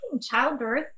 Childbirth